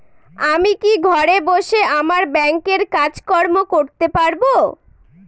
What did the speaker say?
আমি কি ঘরে বসে আমার ব্যাংকের কাজকর্ম করতে পারব?